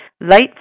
light